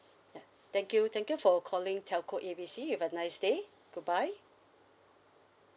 ya thank you thank you for calling telco A B C you have a nice day goodbye